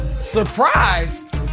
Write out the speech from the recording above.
Surprised